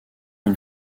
une